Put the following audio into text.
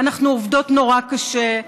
אנחנו עובדות נורא קשה,